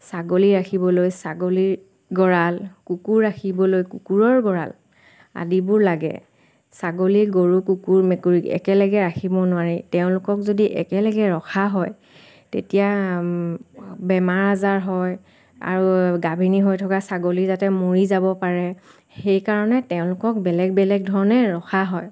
ছাগলী ৰাখিবলৈ ছাগলীৰ গঁড়াল কুকুৰ ৰাখিবলৈ কুকুৰৰ গঁড়াল আদিবোৰ লাগে ছাগলী গৰু কুকুৰ মেকুৰী একেলগে ৰাখিব নোৱাৰি তেওঁলোকক যদি একেলেগে ৰখা হয় তেতিয়া বেমাৰ আজাৰ হয় আৰু গাভিনী হৈ থকা ছাগলী তাতে মৰি যাব পাৰে সেইকাৰণে তেওঁলোকক বেলেগ বেলেগ ধৰণে ৰখা হয়